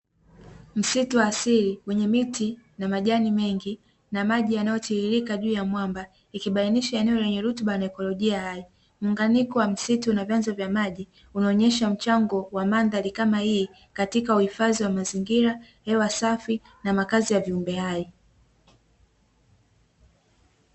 Msitu wa asili wenye miti na majani mengi, na maji yanayotiririka juu ya mwamba, ikibainisha eneo lenye rutuba na ekolojia hai. Muunganiko wa msitu na vyanzo vya maji unaonyesha mchango wa mandhari kama hii katika uhifadhi wa mazingira, hewa safi, na makazi ya viumbe hai.